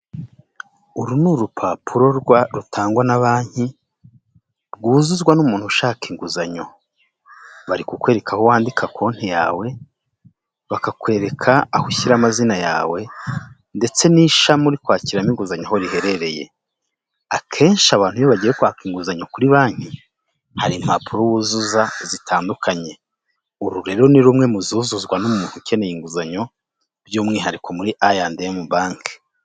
Uru ni urupapuro rutangwa na banki, rwuzuzwa n'umuntu ushaka inguzanyo. Bari kukwereka aho wandika konti yawe, bakakwereka aho ushyira amazina yawe, ndetse n'ishami uri kwakiramo inguzanyo aho riherereye. Akenshi abantu iyo bagiwe kwaka inguzanyo kuri banki, hari impapuro wuzuza zitandukanye. Uru rero ni rumwe mu zuzuzwa n'umuntu ukeneye inguzanyo, by'umwihariko muri ayandemu banki.